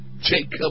Jacob